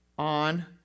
on